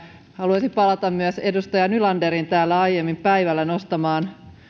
haluaisin palata myös edustaja nylanderin täällä aiemmin päivällä nostamaan